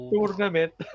Tournament